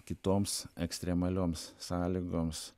kitoms ekstremalioms sąlygoms